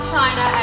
China